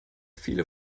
viele